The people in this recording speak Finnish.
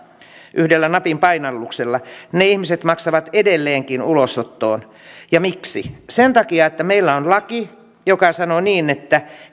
yhdellä napin painalluksella maksavat edelleenkin ulosottoon ja miksi sen takia että meillä on laki joka sanoo niin että